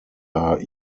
are